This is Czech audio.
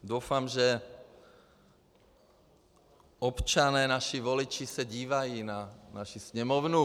Doufám, že občané, naši voliči, se dívají dneska na naši sněmovnu.